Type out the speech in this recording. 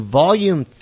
volume